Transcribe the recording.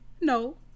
No